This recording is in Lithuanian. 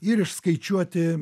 ir išskaičiuoti